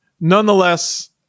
Nonetheless